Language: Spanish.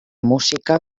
música